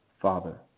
Father